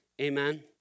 Amen